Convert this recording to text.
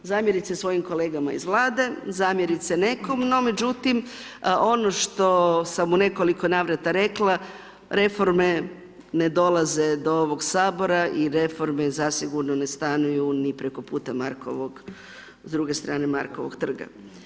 Zamjerit se svojim kolegama iz Vlade, zamjerit se nekom no međutim ono što sam u nekoliko navrata rekla reforme ne dolaze do ovog sabora i reforme zasigurno ne stanuju ni preko puta Markovog s druge strane Markovog trga.